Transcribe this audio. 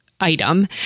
item